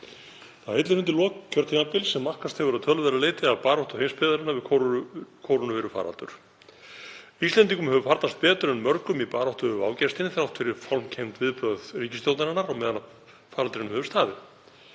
Það hillir undir lok kjörtímabils sem markast hefur að töluverðu leyti af baráttu heimsbyggðarinnar við kórónuveirufaraldur. Íslendingum hefur farnast betur en mörgum í baráttu við vágestinn þrátt fyrir fálmkennd viðbrögð ríkisstjórnarinnar meðan á faraldrinum hefur staðið.